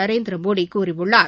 நரேந்திரமோடி கூறியுள்ளார்